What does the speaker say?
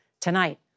Tonight